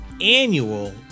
annual